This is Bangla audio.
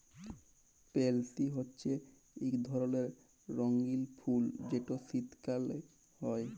পেলসি হছে ইক ধরলের রঙ্গিল ফুল যেট শীতকাল হ্যয়